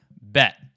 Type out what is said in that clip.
bet